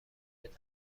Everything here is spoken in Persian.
بطرز